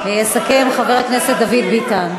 איך אתם לא מתביישים?